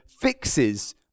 fixes